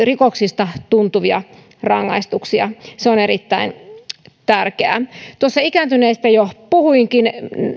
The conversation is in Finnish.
rikoksista tuntuvia rangaistuksia se on erittäin tärkeää tuossa ikääntyneistä jo puhuinkin